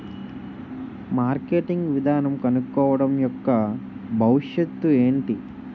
Marketing విధానం కనుక్కోవడం యెక్క భవిష్యత్ ఏంటి?